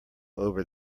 over